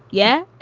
yeah.